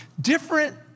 different